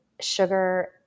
sugar